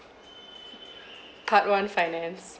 part one finance